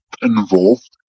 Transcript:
involved